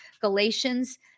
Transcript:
Galatians